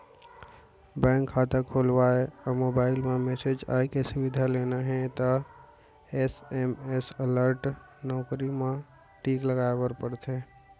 bank खाता खोलवाबे अउ मोबईल म मेसेज आए के सुबिधा लेना हे त एस.एम.एस अलर्ट नउकरी म टिक लगाए बर परथे